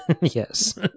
Yes